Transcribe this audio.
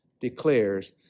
declares